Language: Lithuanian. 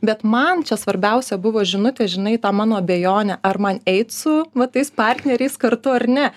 bet man čia svarbiausia buvo žinutė žinai į tą mano abejonę ar man eit su va tais partneriais kartu ar ne